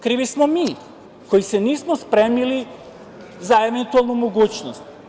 Krivi smo mi koji se nismo spremili za eventualnu mogućnost.